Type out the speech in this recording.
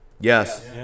Yes